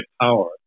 power